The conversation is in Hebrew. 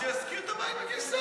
שישכיר את הבית בקיסריה.